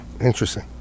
interesting